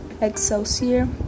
excelsior